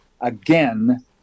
again